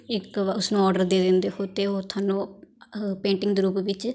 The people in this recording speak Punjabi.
ਇੱਕ ਵ ਉਸਨੂੰ ਔਡਰ ਦੇ ਦਿੰਦੇ ਹੋ ਤਾਂ ਉਹ ਤੁਹਾਨੂੰ ਪੇਂਟਿੰਗ ਦੇ ਰੂਪ ਵਿੱਚ